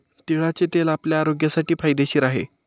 तिळाचे तेल आपल्या आरोग्यासाठी फायदेशीर आहे